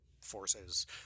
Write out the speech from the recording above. forces